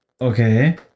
Okay